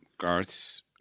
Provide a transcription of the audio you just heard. Garth's